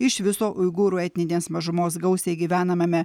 iš viso uigūrų etninės mažumos gausiai gyvenamame